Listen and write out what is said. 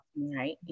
Right